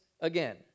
again